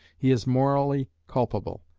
he is morally culpable,